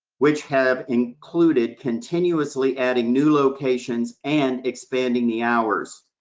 which have included continuously adding new locations, and expanding the hours.